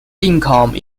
income